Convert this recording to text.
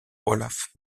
olaf